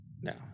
no